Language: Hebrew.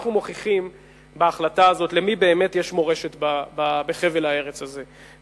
אנחנו מוכיחים בהחלטה הזאת למי באמת יש מורשת בחבל הארץ הזה,